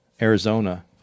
Arizona